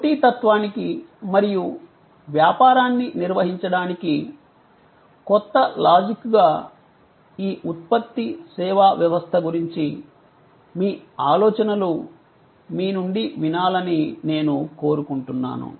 పోటీతత్వానికి మరియు వ్యాపారాన్ని నిర్వహించడానికి కొత్త లాజిక్గా ఈ ఉత్పత్తి సేవా వ్యవస్థ గురించి మీ ఆలోచనలు మీ నుండి వినాలని నేను కోరుకుంటున్నాను